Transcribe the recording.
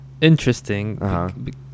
interesting